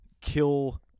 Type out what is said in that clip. kill